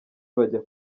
bajya